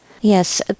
Yes